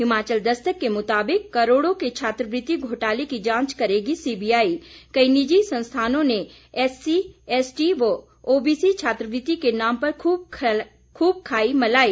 हिमाचल दस्तक के मुताबिक करोड़ों के छात्रवृति घोटाले की जांच करेगी सीबीआई कई निजी संस्थानों ने एससी एसटी व ओबीसी छात्रवृति के नाम पर खूब खाई मलाई